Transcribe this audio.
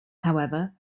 however